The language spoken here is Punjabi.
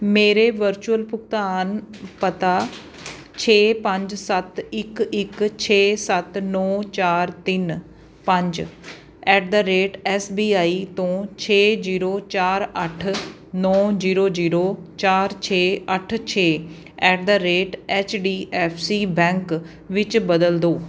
ਮੇਰੇ ਵਰਚੁਅਲ ਭੁਗਤਾਨ ਪਤਾ ਛੇ ਪੰਜ ਸੱਤ ਇੱਕ ਇੱਕ ਛੇ ਸੱਤ ਨੌਂ ਚਾਰ ਤਿੰਨ ਪੰਜ at the rate S B I ਤੋਂ ਛੇ ਜ਼ੀਰੋ ਚਾਰ ਅੱਠ ਨੌਂ ਜ਼ੀਰੋ ਜ਼ੀਰੋ ਚਾਰ ਛੇ ਅੱਠ ਛੇ at the rate H D F C bank ਵਿੱਚ ਬਦਲ ਦਿਉ